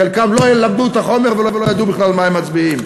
חלקם לא למדו את החומר ולא ידעו בכלל על מה הם מצביעים.